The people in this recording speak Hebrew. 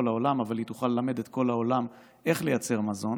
העולם אבל היא תוכל ללמד את כל העולם איך לייצר מזון.